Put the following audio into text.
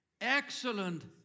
excellent